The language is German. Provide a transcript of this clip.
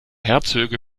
herzöge